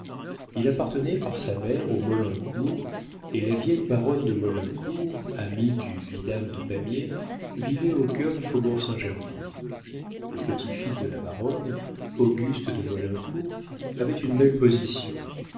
il appartenait par sa mère aux maulincour et la vieille baronne de maulincour amie du vidame de pamiers vivait au cœur du faubourg saint-germain le petit-fils de la baronne auguste de maulincour avait une belle position